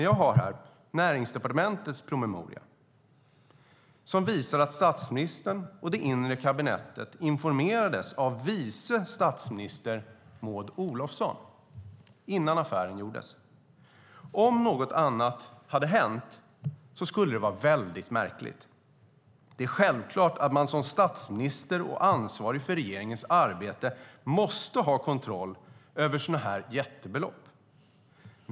Jag har dock Näringsdepartementets promemoria här, och den visar att statsministern och det inre kabinettet informerades av vice statsminister Maud Olofsson innan affären gjordes. Om något annat hade hänt skulle det vara väldigt märkligt. Det är självklart att man som statsminister och ansvarig för regeringens arbete måste ha kontroll över sådana jättebelopp.